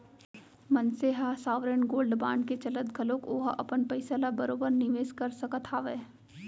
मनसे ह sovereign gold bond के चलत घलोक ओहा अपन पइसा ल बरोबर निवेस कर सकत हावय